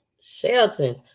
Shelton